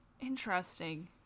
Interesting